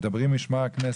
מדברים עם משמר הכנסת.